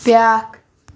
بیٛاکھ